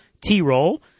T-Roll